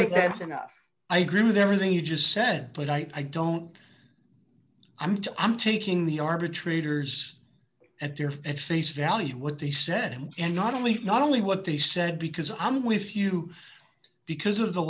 think that's enough i agree with everything you just said but i don't i'm to i'm taking the arbitrators at their fat face value what they set him and not only not only what they said because i'm with you because of the